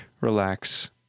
relax